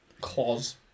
claws